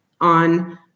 on